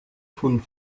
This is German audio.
von